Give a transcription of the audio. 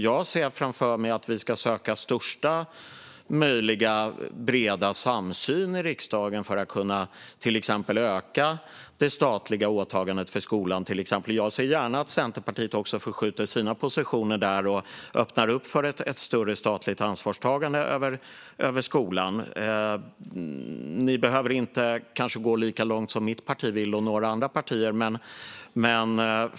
Jag ser framför mig att man ska söka största möjliga breda samsyn i riksdagen för att till exempel kunna öka det statliga åtagandet för skolan. Jag ser gärna att även Centerpartiet förskjuter sina positioner och öppnar för ett större statligt ansvarstagande för skolan. Centerpartiet behöver kanske inte gå lika långt som mitt och några andra partier vill.